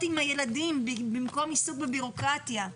עם הילדים במקום שיעסקו בבירוקרטיה.